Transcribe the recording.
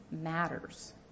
matters